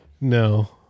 No